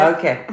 Okay